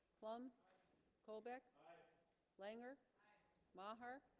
plumb colbeck langer maher